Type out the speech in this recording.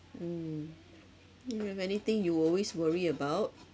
mm you have anything you always worry about